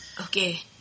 okay